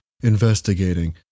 investigating